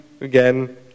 again